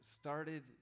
started